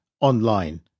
online